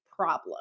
problem